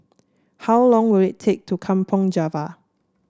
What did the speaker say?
how long will it take to Kampong Java